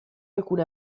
alcune